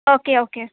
okay okay